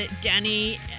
Danny